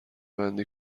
بندی